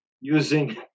using